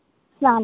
السلام